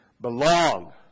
belong